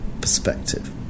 perspective